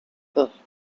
partner